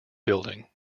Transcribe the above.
building